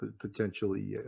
potentially